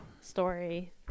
Story